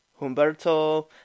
Humberto